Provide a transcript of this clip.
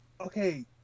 okay